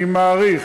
אני מעריך,